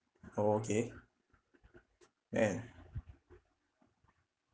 oh okay eh